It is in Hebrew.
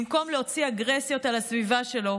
במקום להוציא אגרסיות על הסביבה שלו,